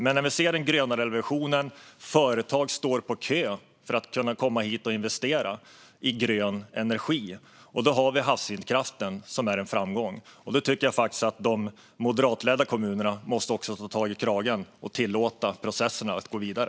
Men när vi nu ser den gröna revolutionen och hur företag står på kö för att kunna komma hit och investera i grön energi med havsvindkraften som är en framgång tycker jag faktiskt att de moderatledda kommunerna måste ta sig i kragen och tillåta processerna att gå vidare.